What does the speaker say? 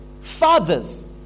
fathers